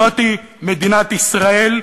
זאת מדינת ישראל,